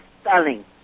stunning